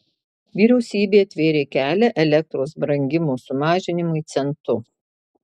vyriausybė atvėrė kelią elektros brangimo sumažinimui centu